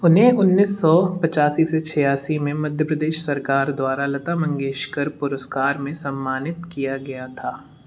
उन्हें उन्नीस सौ पिच्यासी से छियासी में मध्य प्रदेश सरकार द्वारा लता मंगेशकर पुरस्कार से सम्मानित किया गया था